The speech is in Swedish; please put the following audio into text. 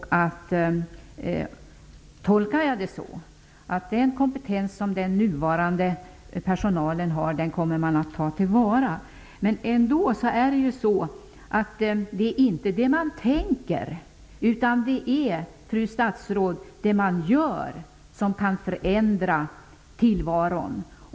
Jag tolkar det som att man kommer att ta till vara den kompetens som den nuvarande personalen har. Men det är inte det man tänker, utan det man gör som kan förändra tillvaron.